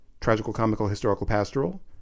tragical-comical-historical-pastoral